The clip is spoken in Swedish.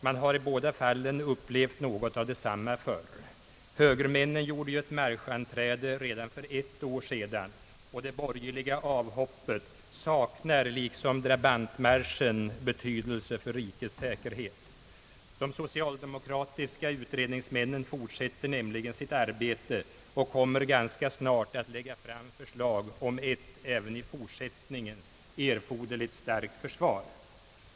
Man har i båda fallen upplevt något av detsamma förr. Högermännen gjorde ju ett marschanträde redan för ett år sedan, och det borgerliga avhoppet saknar liksom drabantmarschen betydelse för rikets säkerhet. De socialdemokratiska utredningsmännen fortsätter nämligen sitt arbete och kommer ganska snart att lägga fram förslag om ett även i fortsättningen erforderligt starkt försvar.